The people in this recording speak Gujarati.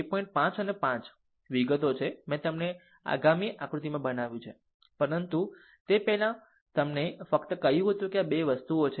5 અને 5 વિગતો છે મેં તેને આગામી આકૃતિમાં બનાવ્યું પરંતુ તે પહેલાં મેં તમને ફક્ત કહ્યું હતું કે આ વસ્તુ છે